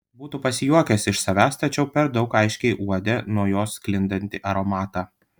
būtų pasijuokęs iš savęs tačiau per daug aiškiai uodė nuo jos sklindantį aromatą